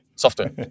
software